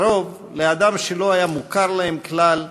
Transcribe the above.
על-פי רוב אדם שלא היה מוכר להם כלל,